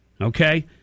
okay